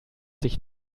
sich